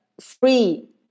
free